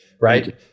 right